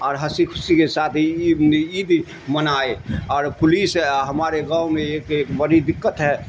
اور ہنسی خسیی کے ساتھ ہی عید عید منائے اور پولیس ہمارے گاؤں میں ایک ایک بڑی دقت ہے